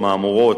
מהמורות,